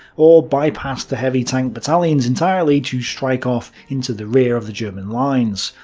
or bypassed the heavy tank battalions entirely to strike off into the rear of the german lines.